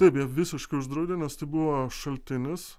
taip jie visiškai uždraudė nes tai buvo šaltinis